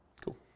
Cool